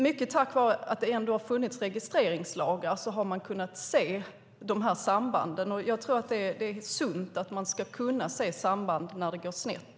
Mycket tack vare att det funnits registreringslagar har man kunnat se de här sambanden. Jag tror att det är sunt att man kan se samband när det går snett.